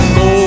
go